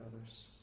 others